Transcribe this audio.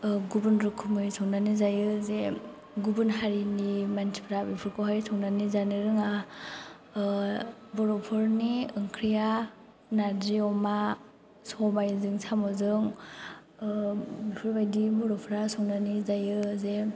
गुबुन रोखोमै संनानै जायो जे गुबुन हारिनि मानसिफ्रा बेफोरखौहाय संनानै जानो रोङा बर'फोरनि ओंख्रिया नारजि अमा सबायजों साम'जों बेफोरबायदि बर'फ्रा संनानै जायो जे